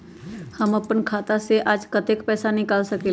हम अपन खाता से आज कतेक पैसा निकाल सकेली?